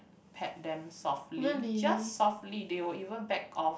pet them softly just softly they will even back off